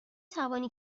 توانی